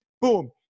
boom